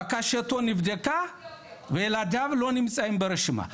בקשתו נבדקה וילדיו לא נמצאים ברשימה,